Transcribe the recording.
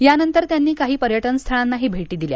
यानंतर त्यांनी काही पर्यटन स्थळांनाही भेटी दिल्या